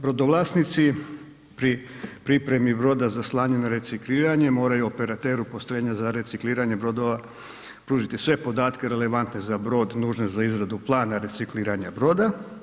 Brodovlasnici pri pripremi broda za slanje na recikliranje moraju operateru postrojenja za recikliranje brodova pružiti sve podatke relevantne za brod, nužne za izradu plana recikliranja broda.